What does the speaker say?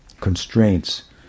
constraints